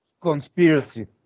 Conspiracy